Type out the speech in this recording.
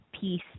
peace